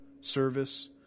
service